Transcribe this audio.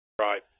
Right